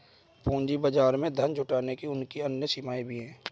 पूंजी बाजार में धन जुटाने की उनकी अन्य सीमाएँ भी हैं